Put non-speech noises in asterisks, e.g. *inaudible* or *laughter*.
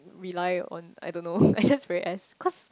rely on I don't know *laughs* I just very ass cause